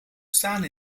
staan